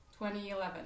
2011